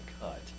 cut